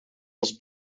was